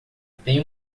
tem